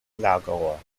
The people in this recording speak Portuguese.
lagoa